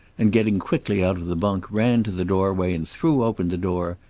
and getting quickly out of the bunk, ran to the doorway and threw open the door,